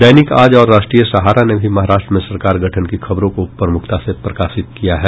दैनिक आज और राष्ट्रीय सहारा ने भी महाराष्ट्र में सरकार गठन की खबरों को प्रमुखता से प्रकाशित किया है